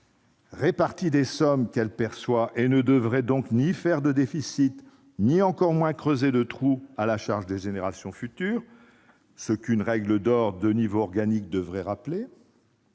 répartit les sommes qu'elle perçoit et ne devrait donc ni connaître de déficit ni,, creuser de trou à la charge des générations futures, ce qu'une règle d'or inscrite dans une loi organique devrait rappeler.